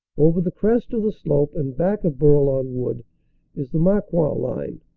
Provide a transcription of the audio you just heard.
over the crest of the slope and back of bourlon wood is the mar coing line.